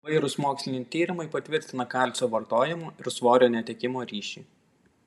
įvairūs moksliniai tyrimai patvirtina kalcio vartojimo ir svorio netekimo ryšį